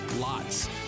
LOTS